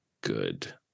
good